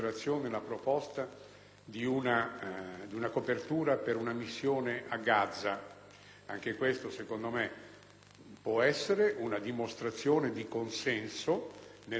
può essere una dimostrazione di consenso, nell'eventualità però che si dovesse prospettare. È quindi un discorso che mi sembra anticipato. Certo, vi è